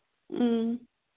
ꯎꯝ